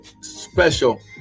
special